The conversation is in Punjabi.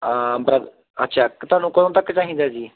ਬ੍ਰ ਅੱਛਾ ਤੁਹਾਨੂੰ ਕਦੋਂ ਤੱਕ ਚਾਹੀਦਾ ਜੀ